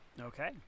Okay